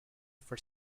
for